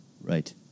Right